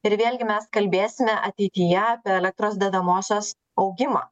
ir vėlgi mes kalbėsime ateityje apie elektros dedamosios augimą